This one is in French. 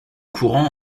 courant